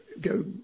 go